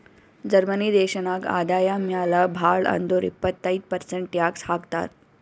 Germany ದೇಶನಾಗ್ ಆದಾಯ ಮ್ಯಾಲ ಭಾಳ್ ಅಂದುರ್ ಇಪ್ಪತ್ತೈದ್ ಪರ್ಸೆಂಟ್ ಟ್ಯಾಕ್ಸ್ ಹಾಕ್ತರ್